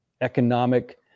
economic